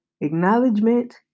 Acknowledgement